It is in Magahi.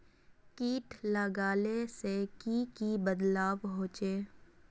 किट लगाले से की की बदलाव होचए?